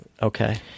Okay